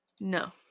No